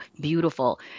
beautiful